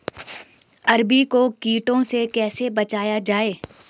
अरबी को कीटों से कैसे बचाया जाए?